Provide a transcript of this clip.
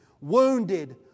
wounded